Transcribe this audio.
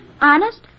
Honest